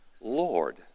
lord